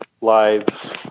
lives